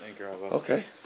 Okay